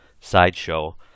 sideshow